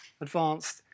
advanced